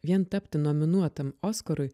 vien tapti nominuotam oskarui